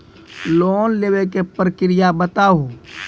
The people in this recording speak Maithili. लोन लेवे के प्रक्रिया बताहू?